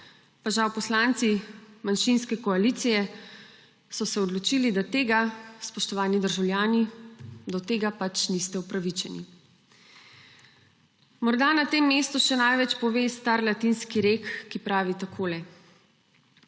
Pa žal poslanci manjšinske koalicije so se odločili, da do tega, spoštovani državljani, niste upravičeni. Morda na tem mestu še največ pove star latinski rek, ki pravi takole: